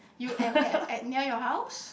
you at at at near your house